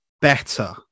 better